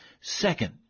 Second